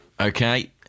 Okay